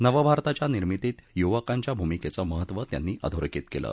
नवभारताच्या निर्मितीत युवकांच्या भूमिकेचं महत्त्व त्यांनी अधोरेखित केलं